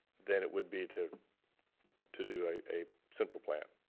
than it would be to to do a a central plant.